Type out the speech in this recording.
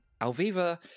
Alviva